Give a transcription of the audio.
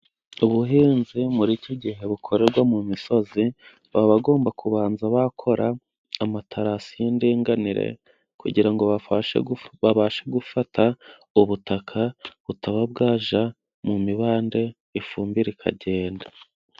Ubuhinzi muri iki gihe bukorerwa mu misozi， baba bagomba kubanza bakora amatarasi y’indinganire， kugira ngo bafashe， babashe gufata ubutaka butaba bwajya mu mibande, ifumbire ikagenda.